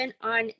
on